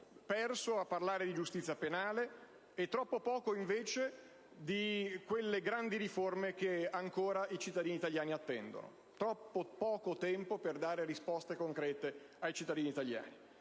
perso a parlare di giustizia penale e nel modo sbagliato e troppo poco invece di quelle grandi riforme che ancora i cittadini italiani attendono; troppo poco tempo per dare risposte concrete ai cittadini italiani.